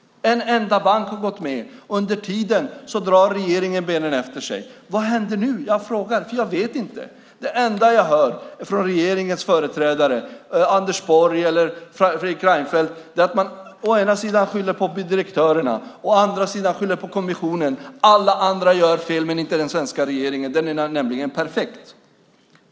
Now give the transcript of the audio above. En enda bank har gått med. Under tiden drar regeringen benen efter sig. Vad händer nu? Jag frågar, för jag vet inte. Det enda jag hör från regeringens företrädare, Anders Borg eller Fredrik Reinfeldt, är att man å ena sidan skyller på direktörerna, å andra sidan skyller på kommissionen. Alla andra gör fel, men inte den svenska regeringen. Den är nämligen perfekt.